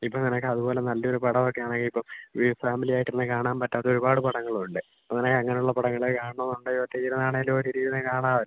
ഇപ്പം നിനക്കത് അതുപോലെ നല്ല ഒരു പടമൊക്കെ ആണെങ്കിൽ ഇപ്പോൾ ഈ ഫാമിലി ആയിട്ടിരുന്ന് കാണാൻ പറ്റാത്ത ഒരുപാട് പടങ്ങളുണ്ട് അപ്പം അങ്ങനെ അങ്ങനുള്ള പടങ്ങള് കാണണമെന്നുണ്ട് ഒറ്റക്കിരുന്നാണേലും ഒറ്റക്കിരുന്ന് കാണാവല്ലോ